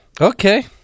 Okay